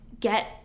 get